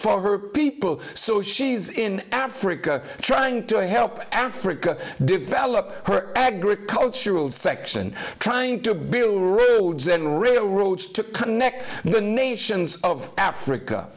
for her people so she's in africa trying to help africa develop her agricultural section trying to build roads and real roots to connect the nations of africa